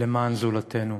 למען זולתנו.